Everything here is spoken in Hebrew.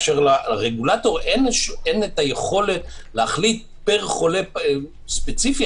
לרגולטור אין היכולת להחליט פר חולה ספציפי,